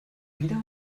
wieder